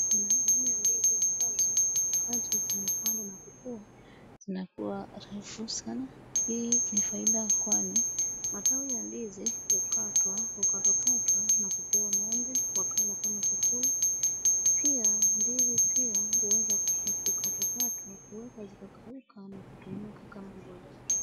Kuna aina ya ndizi ambazo wakati zimepandwa na kukua zinakua refu sana. Hii ni faida kwani matawi ya ndizi hukatwa hukatwakatwa na kupewa ng'ombe wakala kama chakula. Pia, ndizi pia huweza kukatwakatwa kuwekwa zikakauka na kutumika kama mbolea.